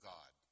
God